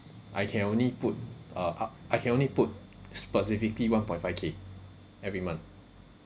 I can only put uh up I can only put specifically one point five K every month